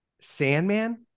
Sandman